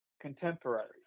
contemporary